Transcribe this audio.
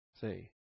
Say